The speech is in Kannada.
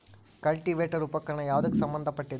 ಕಲ್ಟಿವೇಟರ ಉಪಕರಣ ಯಾವದಕ್ಕ ಸಂಬಂಧ ಪಟ್ಟಿದ್ದು?